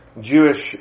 Jewish